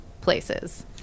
places